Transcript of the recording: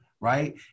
right